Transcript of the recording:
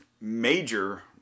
major